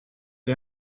est